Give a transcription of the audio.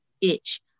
itch